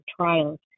trials